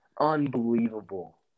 Unbelievable